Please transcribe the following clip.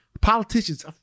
politicians